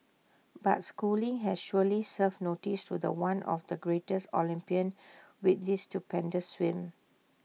but schooling has surely served notice to The One of the greatest Olympian with this stupendous swim